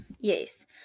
Yes